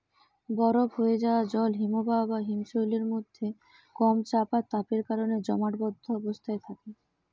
বরফ হোয়ে যায়া জল হিমবাহ বা হিমশৈলের মধ্যে কম চাপ আর তাপের কারণে জমাটবদ্ধ অবস্থায় থাকে